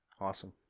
Awesome